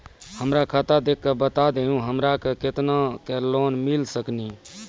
हमरा खाता देख के बता देहु हमरा के केतना के लोन मिल सकनी?